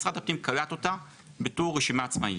משרד הפנים קלט אותה בתור רשימה עצמאית.